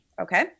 okay